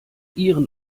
ihren